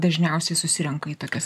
dažniausiai susirenka į tokias